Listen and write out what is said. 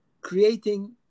creating